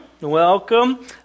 Welcome